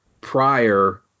prior